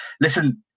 Listen